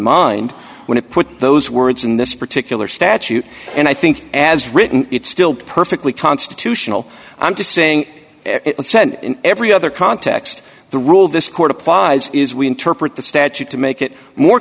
mind when it put those words in this particular statute and i think as written it still perfectly constitutional i'm just saying in every other context the rule this court applies is we interpret the statute to make it more